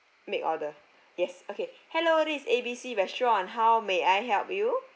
make order yes okay hello this is A B C restaurant how may I help you